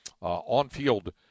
on-field